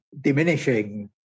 diminishing